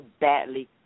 badly